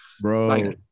Bro